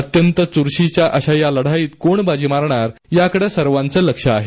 अत्यंत चुरशीच्या अशा या लढाईत कोण बाजी मारणार याकडे सर्वाचे लक्ष आहे